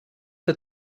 der